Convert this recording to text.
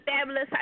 fabulous